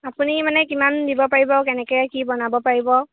আপুনি মানে কিমান দিব পাৰিব আৰু কেনেকৈ কি বনাব পাৰিব